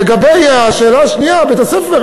לגבי השאלה השנייה: בית-הספר,